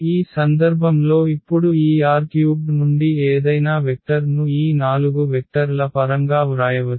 ఈ సందర్భంలో ఇప్పుడు ఈ R³ నుండి ఏదైనా వెక్టర్ ను ఈ నాలుగు వెక్టర్ ల పరంగా వ్రాయవచ్చు